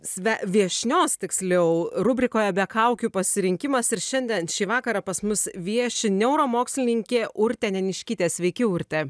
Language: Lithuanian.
viešnios tiksliau rubrikoje be kaukių pasirinkimas ir šiandien šį vakarą pas mus vieši neuromokslininkė urtė neniškytė sveiki urte